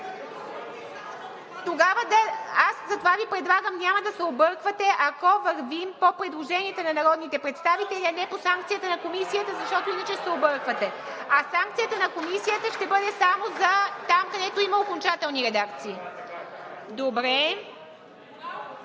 Добре. Аз затова Ви предлагам. Няма да се обърквате, ако вървим по предложенията на народните представители, а не по санкцията на Комисията, защото иначе се обърквате, а санкцията на Комисията ще бъде само там, където има окончателни редакции.